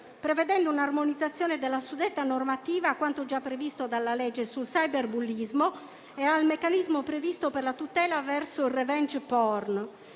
prevedendo un'armonizzazione della suddetta normativa con quanto già previsto dalla legge sul cyberbullismo e con il meccanismo previsto per la tutela verso il *revenge porn*.